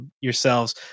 yourselves